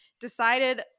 decided